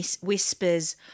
whispers